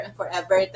forever